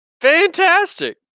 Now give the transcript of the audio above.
fantastic